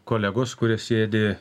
kolegos kurie sėdi